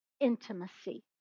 intimacy